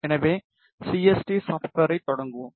எனவே சிஎஸ்டி சாஃப்வேரைத் தொடங்குவோம்